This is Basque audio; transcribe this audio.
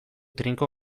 trinko